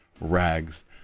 rags